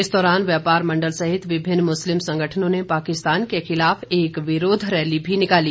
इस दौरान व्यापार मंडल सहित विभिन्न मुस्लिम संगठनों ने पाकिस्तान के खिलाफ एक विरोध रैली भी निकाली